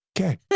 Okay